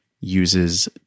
uses